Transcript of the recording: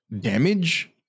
damage